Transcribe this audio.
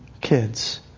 kids